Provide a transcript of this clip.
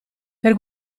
per